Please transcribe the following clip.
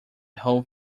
whole